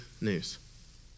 news